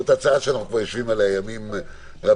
זאת הצעה שאנחנו יושבים עליה כבר ימים רבים,